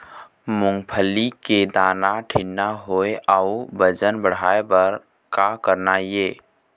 मूंगफली के दाना ठीन्ना होय अउ वजन बढ़ाय बर का करना ये?